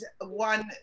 one